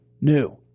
new